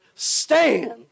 stand